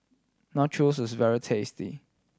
nachos is very tasty